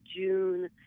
June